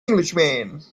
englishman